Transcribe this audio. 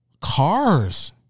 Cars